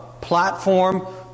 platform